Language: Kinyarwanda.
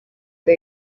the